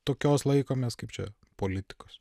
tokios laikomės kaip čia politikos